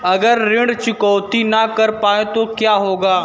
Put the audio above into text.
अगर ऋण चुकौती न कर पाए तो क्या होगा?